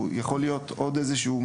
יכול להיות רלוונטי,